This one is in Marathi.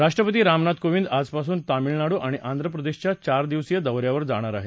राष्ट्रपती रामनाथ कोविंद आजपासून तामिळनाडू आणि आंध्रप्रदेशच्या चार दिवसीय दौऱ्यावर जाणार आहेत